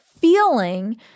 feeling